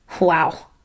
Wow